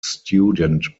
student